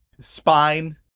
spine